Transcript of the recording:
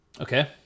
Okay